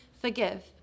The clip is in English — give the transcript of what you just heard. forgive